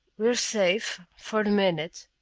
we're safe for the minute.